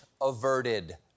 averted